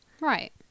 Right